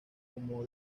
como